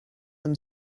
them